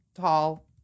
tall